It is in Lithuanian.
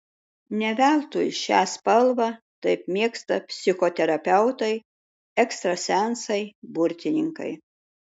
ne veltui šią spalvą taip mėgsta psichoterapeutai ekstrasensai burtininkai